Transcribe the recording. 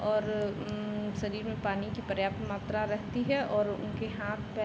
और शरीर में पानी की पर्याप्त मात्रा रहती है और उनके हाथ पैर